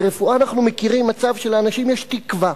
ברפואה אנחנו מכירים מצב שלאנשים יש תקווה.